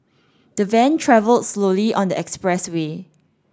the van travelled slowly on the expressway